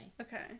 Okay